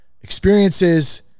experiences